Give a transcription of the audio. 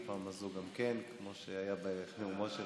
בפעם הזו גם כן, כמו שהיה בנאומו של